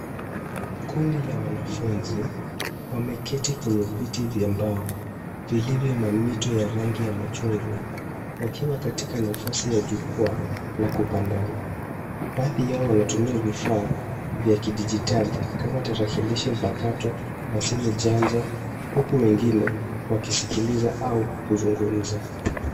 Kundi la wanafunzi wameketi kwenye viti vya mbao vilivyo na mito ya rangi ya machungwa wakiwa katika nafasi jukwaa la kupandana. Baadhi yao wanatumia vifaa vya kidijitali kama tarakilishi mpakato na simu janja huku wengine wakisikiliza au kuzungumza.